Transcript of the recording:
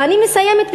ואני מסיימת,